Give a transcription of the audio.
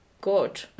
good